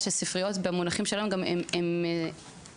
שספריות במונחים שלנו הן גם אקולוגיות.